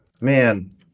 Man